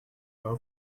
her